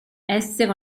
essere